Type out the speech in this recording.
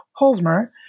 Holzmer